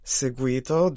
seguito